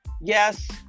Yes